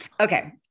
Okay